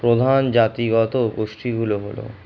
প্রধান জাতিগত গোষ্ঠীগুলো হল